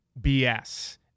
BS